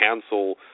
cancel